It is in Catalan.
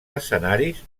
escenaris